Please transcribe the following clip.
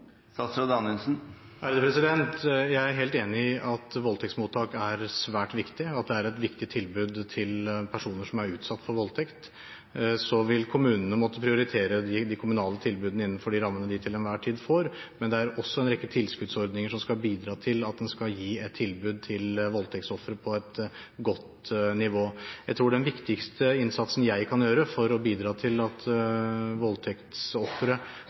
Jeg er helt enig i at voldtektsmottak er svært viktig, og at det er et viktig tilbud til personer som har vært utsatt for voldtekt. Så vil kommunene måtte prioritere de kommunale tilbudene innenfor de rammene de til enhver tid får, men det finnes også en rekke tilskuddsordninger som skal bidra til at en kan gi et tilbud til voldtektsofre på et godt nivå. Jeg tror den viktigste innsatsen jeg kan gjøre for å bidra til at